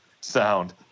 sound